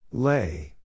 Lay